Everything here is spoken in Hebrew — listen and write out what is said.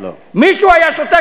מישהו היה שותק?